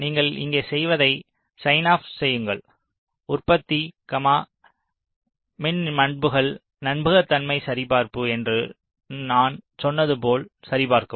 நீங்கள் இங்கே செய்வதை ஸைன் ஆப் செய்யுங்கள் உற்பத்தி மின் பண்புகள் நம்பகத்தன்மை சரிபார்ப்பு என்று நான் சொன்னது போல் சரிபார்க்கவும்